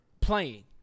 playing